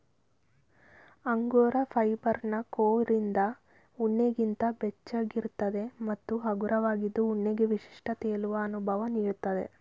angora ಫೈಬರ್ನ ಕೋರಿಂದ ಉಣ್ಣೆಗಿಂತ ಬೆಚ್ಚಗಿರ್ತದೆ ಮತ್ತು ಹಗುರವಾಗಿದ್ದು ಉಣ್ಣೆಗೆ ವಿಶಿಷ್ಟ ತೇಲುವ ಅನುಭವ ನೀಡ್ತದೆ